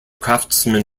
craftsman